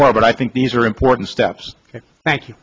more but i think these are important steps thank you